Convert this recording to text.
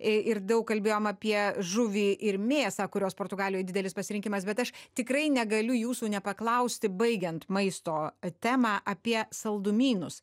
ir daug kalbėjom apie žuvį ir mėsą kurios portugalijoj didelis pasirinkimas bet aš tikrai negaliu jūsų nepaklausti baigiant maisto temą apie saldumynus